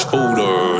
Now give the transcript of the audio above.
older